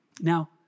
Now